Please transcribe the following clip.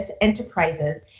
Enterprises